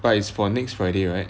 but it's for next friday right